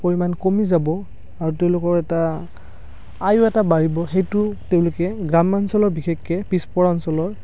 পৰিমাণ কমি যাব আৰু তেওঁলোকৰ এটা আয়ো এটা বাঢ়িব সেইটো তেওঁলোকে গ্ৰাম্য়াঞ্চলৰ বিশেষকে পিছপৰা অঞ্চলৰ